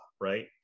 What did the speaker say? right